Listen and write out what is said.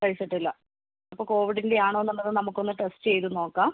കഴിച്ചിട്ടില്ല ഓ കോവിഡിൻ്റെ ആണോ എന്നുള്ളത് നമുക്കൊന്ന് ടെസ്റ്റ് ചെയ്ത് നോക്കാം